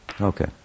Okay